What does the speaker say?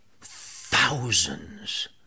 thousands